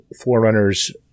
forerunners